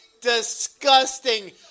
disgusting